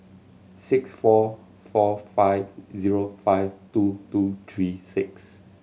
six four four five zero five two two three six